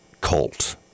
cult